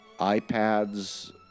iPads